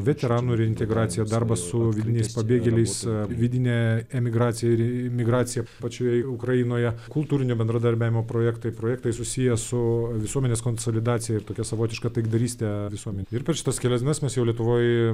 veteranų reintegracija darbas su vidiniais pabėgėliais vidinė emigracija ir imigracija pačioje ukrainoje kultūrinio bendradarbiavimo projektai projektai susiję su visuomenės konsolidacija ir tokia savotiška taikdarystė visuomenėj ir per šitas kelias mes jau